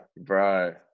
Bro